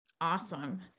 Awesome